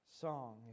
song